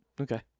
okay